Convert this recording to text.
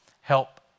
help